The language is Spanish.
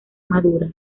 maduras